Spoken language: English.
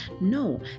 No